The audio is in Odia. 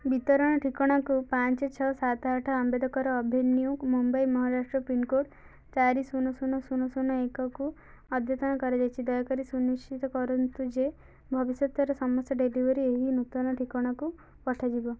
ବିତରଣ ଠିକଣାକୁ ପାଞ୍ଚେ ଛଅ ସାତ ଆଠ ଆମ୍ବେଦକର ଅଭିନ୍ୟୁକୁ ମୁମ୍ବାଇ ମହାରାଷ୍ଟ୍ର ପିନକୋଡ଼୍ ଚାରି ଶୂନ ଶୂନ ଶୂନ ଶୂନ ଏକକୁ ଅଦ୍ୟତନ କରାଯାଇଛି ଦୟାକରି ସୁନିଶ୍ଚିତ କରନ୍ତୁ ଯେ ଭବିଷ୍ୟତରେ ସମସ୍ତେ ଡେଲିଭରୀ ଏହି ନୂତନ ଠିକଣାକୁ ପଠାଯିବ